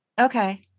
okay